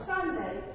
Sunday